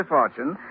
Fortune